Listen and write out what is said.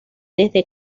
desde